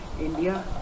India